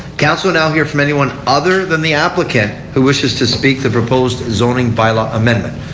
council now hear from anyone other than the applicant who wishes to speak the proposed zoning by-law amendment.